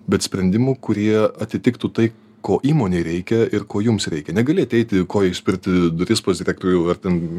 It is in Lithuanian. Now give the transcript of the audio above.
bet sprendimų kurie atitiktų tai ko įmonei reikia ir ko jums reikia negali ateiti koja išspirti duris pas direktorių ar ten